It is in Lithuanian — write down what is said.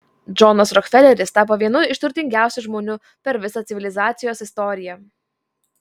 džonas rokfeleris tapo vienu iš turtingiausių žmonių per visą civilizacijos istoriją